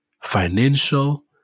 Financial